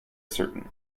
certain